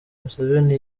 museveni